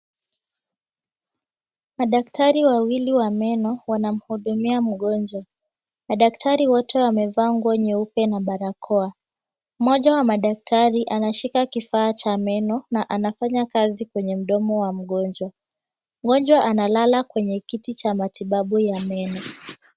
Madaktari wawili wa meno wanamhudumia mgonjwa. Madaktari wote wamevaa nguo nyeupe na barakoa. Mmoja wa madaktari anashika kifaa cha meno na anafanya kazi kwenye mdomo wa mgonjwa. Mgonjwa analala kwenye kiti cha matibabu ya meno.